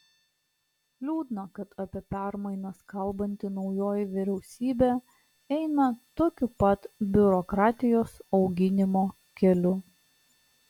liūdna kad apie permainas kalbanti naujoji vyriausybė eina tokiu pat biurokratijos auginimo keliu